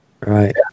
Right